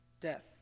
death